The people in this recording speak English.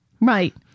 Right